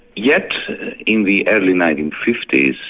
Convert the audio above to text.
yet in the early nineteen fifty s